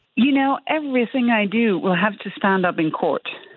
you know, everything i do will have to stand up in court,